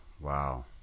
wow